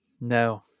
No